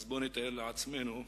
אז בוא נתאר לעצמנו,